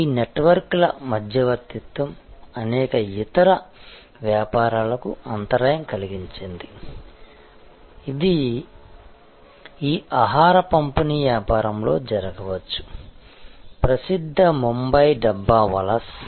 ఈ నెట్వర్క్ల మధ్యవర్తిత్వం అనేక ఇతర వ్యాపారాలకు అంతరాయం కలిగించింది ఇది ఈ ఆహార పంపిణీ వ్యాపారంలో జరగవచ్చు ప్రసిద్ధ బొంబాయి డబ్బావాలాస్